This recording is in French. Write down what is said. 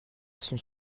sont